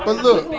but look